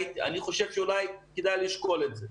אני חושב שכדאי לשקול את זה.